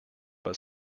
but